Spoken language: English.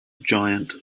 giant